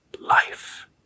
life